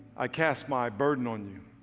i cast my burden on you.